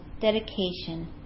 dedication